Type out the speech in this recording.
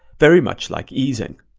very much like easing.